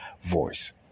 voice